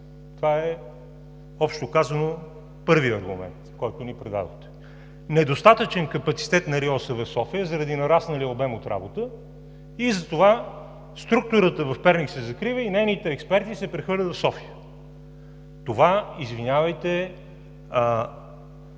Това е, общо казано, първият аргумент, който ни предоставихте – недостатъчен капацитет на РИОСВ – София, заради нарасналия обем от работа, и затова структурата в Перник се закрива и нейните експерти се прехвърлят в София. Това, извинявайте,